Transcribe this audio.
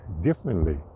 differently